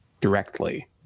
directly